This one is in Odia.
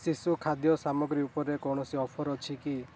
ଶିଶୁ ଖାଦ୍ୟ ସାମଗ୍ରୀ ଉପରେ କୌଣସି ଅଫର୍ ଅଛି କି